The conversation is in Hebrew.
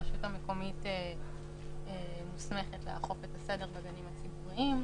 הרשות המקומית מוסמכת לאכוף את הסדר בגנים הציבוריים.